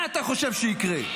מה אתה חושב שיקרה?